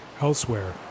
elsewhere